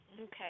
Okay